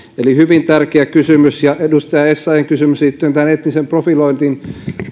eli hyvin tärkeä kysymys myös edustaja essayahin kysymys liittyen etnisen profiloinnin